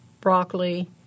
broccoli